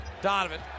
Donovan